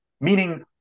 Meaning